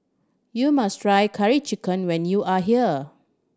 you must try Curry Chicken when you are here